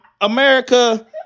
America